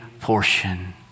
portion